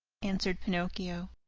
answered pinocchio,